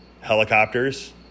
helicopters